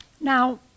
Now